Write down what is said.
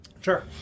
Sure